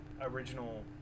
original